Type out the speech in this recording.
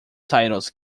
titles